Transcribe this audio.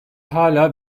hâlâ